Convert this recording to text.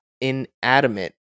inanimate